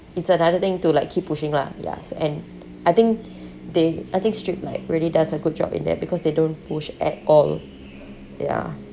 it's another thing to like keep pushing lah yes and I think they I think strip like really does a good job in that because they don't push at all ya